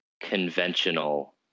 conventional